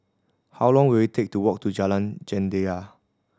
how long will it take to walk to Jalan Jendela